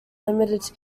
limited